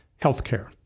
healthcare